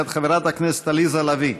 מאת חברת הכנסת עליזה לביא.